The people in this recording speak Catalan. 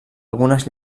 algunes